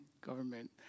government